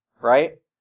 right